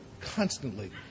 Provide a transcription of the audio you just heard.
constantly